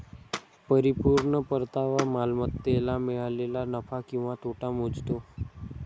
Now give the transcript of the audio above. परिपूर्ण परतावा मालमत्तेला मिळालेला नफा किंवा तोटा मोजतो